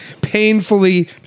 Painfully